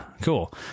cool